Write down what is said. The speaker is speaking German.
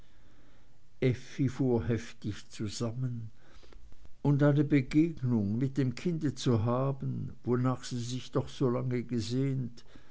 fuhr heftig zusammen und eine begegnung mit dem kinde zu haben wonach sie sich doch so lange gesehnt